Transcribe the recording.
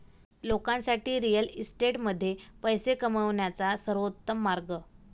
लोकांसाठी रिअल इस्टेटमध्ये पैसे कमवण्याचा सर्वोत्तम मार्ग